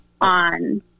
on